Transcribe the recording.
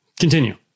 Continue